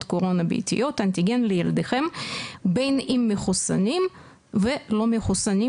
קורונה ביתיות (אנטיגן) לילדכם בין אם מחוסנים ולא מחוסנים,